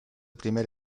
primer